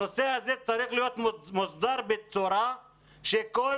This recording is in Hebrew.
הנושא הזה צריך להיות מוסדר בצורה שבה כל